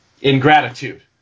ingratitude